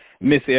Miss